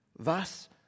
Thus